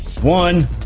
one